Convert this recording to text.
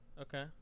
Okay